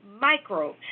microbes